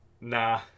Nah